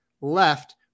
left